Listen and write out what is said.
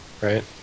right